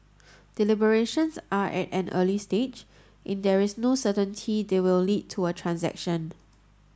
deliberations are at an early stage and there is no certainty they will lead to a transaction